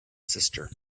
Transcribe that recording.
sister